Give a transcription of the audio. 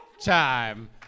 Time